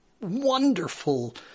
wonderful